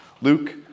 Luke